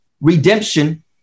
redemption